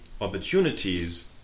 opportunities